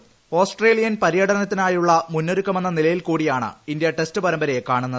Indian ടീമിന്റെ Australian പര്യടനത്തിനായുള്ള മുന്നൊരുക്കമെന്ന നിലയിൽ കൂടിയാണ് ഇന്ത്യ ടെസ്റ്റ് പരമ്പരയെ കാണുന്നത്